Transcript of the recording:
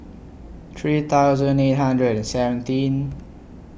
three thousand eight hundred and seventeen